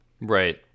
Right